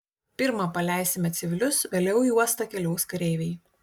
pirma paleisime civilius vėliau į uostą keliaus kareiviai